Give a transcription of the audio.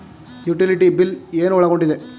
Utility bill ಏನು ಒಳಗೊಂಡಿದೆ?